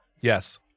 Yes